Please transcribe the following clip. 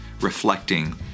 reflecting